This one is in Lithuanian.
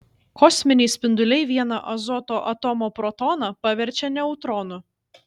kosminiai spinduliai vieną azoto atomo protoną paverčia neutronu